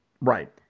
right